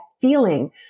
feeling